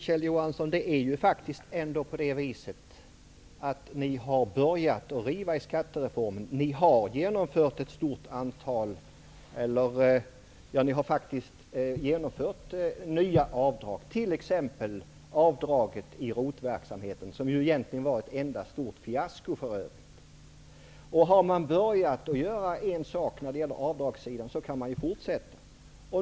Herr talman! Ni har faktiskt börjat riva i skattereformen, Kjell Johansson. Ni har genomfört nya avdrag, t.ex. avdraget i ROT-verksamheten -- som egentligen var ett enda stort fiasko. Har man börjat göra en sak på avdragssidan, kan man fortsätta.